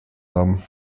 haben